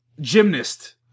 Gymnast